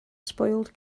spoiled